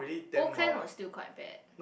old clan was still quite bad